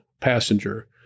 passenger